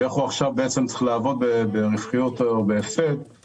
ואיך הוא צריך לעבוד ברווחיות או בהפסד,